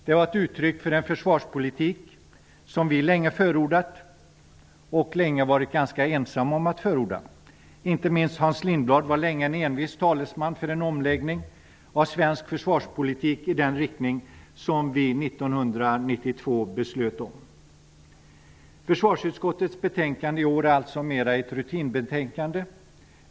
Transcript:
Det var ett uttryck för en försvarspolitik som vi länge hade varit ganska ensamma om att förorda. Inte minst Hans Lindblad var länge en envis talesman för en omläggning av den svenska försvarspolitiken i den riktning som vi beslutade om 1992. Försvarsutskottets betänkande i år är alltså mer ett rutinbetänkande.